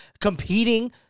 competing